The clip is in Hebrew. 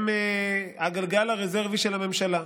הם הגלגל הרזרבי של הממשלה,